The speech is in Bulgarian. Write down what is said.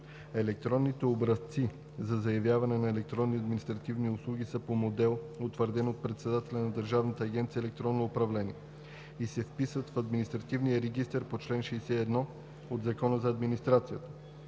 Електронните образци за заявяване на електронни административни услуги са по модел, утвърден от председателя на Държавна агенция „Електронно управление“, и се вписват в Административния регистър по чл. 61 от Закона за администрацията.